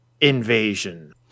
invasion